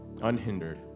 unhindered